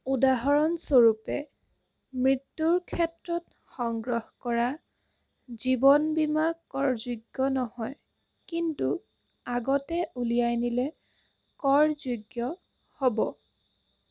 উদাহৰণস্বৰূপে মৃত্যুৰ ক্ষেত্ৰত সংগ্ৰহ কৰা জীৱন বীমা কৰযোগ্য নহয় কিন্তু আগতে উলিয়াই নিলে কৰযোগ্য হ'ব